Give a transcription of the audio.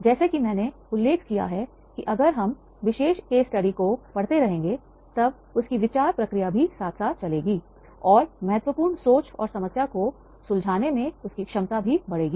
जैसा कि मैंने उल्लेख किया है कि अगर हम विशेष केस स्टडी को पढ़ते रहेंगे तब उसकी विचार प्रक्रिया भी साथ साथ चलेगी और महत्वपूर्ण सोच और समस्या को सुलझाने में उसकी क्षमता भी बढ़ेगी